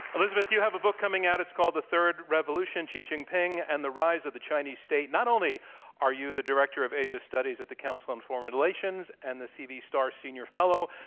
elizabeth, you have a book coming out. it's called the third revolution xi jinping and the rise of the chinese state. not only are you the director of asia studies at the council on foreign relations and the c. v. starr senior fellow,